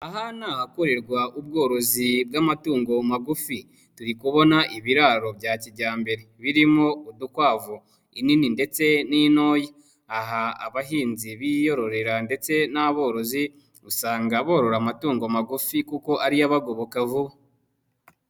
Aha ni ahakorerwa ubworozi bw'amatungo magufi, turi kubona ibiraro bya kijyambere birimo udukwavu, inini ndetse n'intoyi, aha hari abahinzi biyororera ndetse n'aborozi usanga borora amatungo magufi kuko ariyo abagoboka.